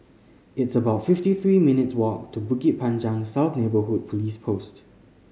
it's about fifty three minutes' walk to Bukit Panjang South Neighbourhood Police Post